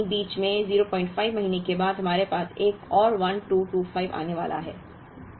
लेकिन फिर कहीं बीच में 05 महीने के बाद हमारे पास एक और 1225 आने वाला है